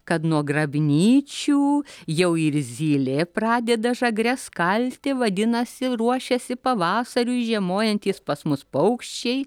kad nuo grabnyčių jau ir zylė pradeda žagres kalti vadinasi ruošiasi pavasariui žiemojantys pas mus paukščiai